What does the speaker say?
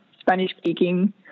spanish-speaking